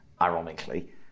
ironically